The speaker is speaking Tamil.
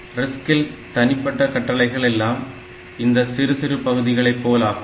RISC இல் தனிப்பட்ட கட்டளைகள் எல்லாம் இந்த சிறுசிறு பகுதிகளை போல் ஆகும்